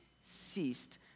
ceased